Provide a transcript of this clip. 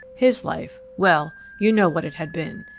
his life well, you know what it had been.